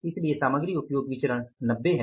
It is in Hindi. इसलिए सामग्री उपयोग विचरण 90 है